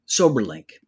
Soberlink